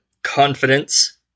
confidence